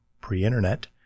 pre-internet